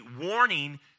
warning